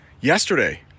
yesterday